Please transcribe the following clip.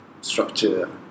structure